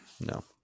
No